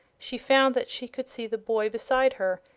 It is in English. she found that she could see the boy beside her,